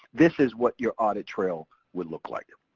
this is what your audit trail would look like.